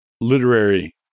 literary